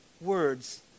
words